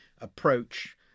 approach